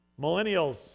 Millennials